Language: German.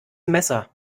messer